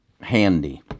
handy